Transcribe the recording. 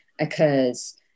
occurs